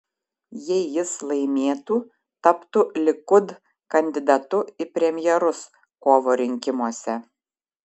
jei jis laimėtų taptų likud kandidatu į premjerus kovo rinkimuose